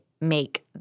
make